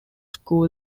school